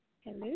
Hello